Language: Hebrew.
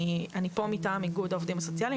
אני פה מטעם איגוד העובדים הסוציאליים,